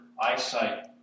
eyesight